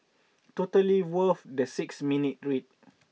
totally worth the six minute read